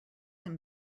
him